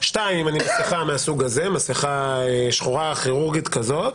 דבר שני, אם אני מסכה מהסוג הכירורגי הפשוט,